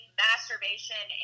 masturbation